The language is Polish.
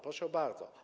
Proszę bardzo.